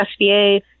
SBA